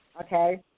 okay